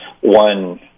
one